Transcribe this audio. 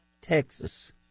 Texas